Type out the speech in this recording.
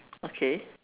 okay